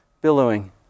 billowing